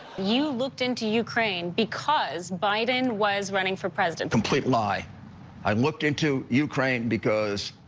you looked into ukraine because biden was running for president complete lie i looked into ukraine because